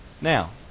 Now